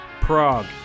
Prague